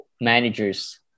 managers